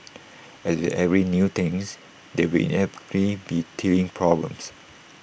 as with every new things there will inevitably be teething problems